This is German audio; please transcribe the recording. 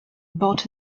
bot